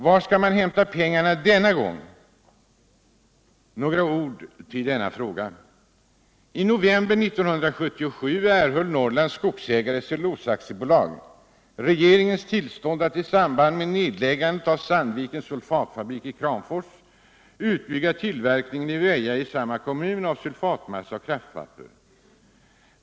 Var skall man hämta pengarna denna gång? Några ord i denna fråga. I november 1977 erhöll Norrlands Skogsägares Cellulosa AB regeringens tillstånd att i samband med nedläggandet av Sandvikens sulfatfabrik i Kramfors utbygga tillverkningen i Väja i samma kommun av sulfatmassa och kraftpapper.